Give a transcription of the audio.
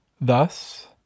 Thus